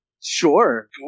Sure